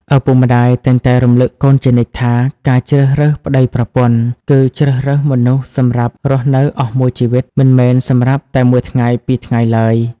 ឪពុកម្ដាយតែងតែរំលឹកកូនជានិច្ចថា "ការជ្រើសរើសប្ដីប្រពន្ធ គឺជ្រើសរើសមនុស្សសម្រាប់រស់នៅអស់មួយជីវិត មិនមែនសម្រាប់តែមួយថ្ងៃពីរថ្ងៃឡើយ"។